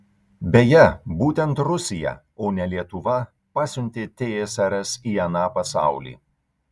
beje būtent rusija o ne lietuva pasiuntė tsrs į aną pasaulį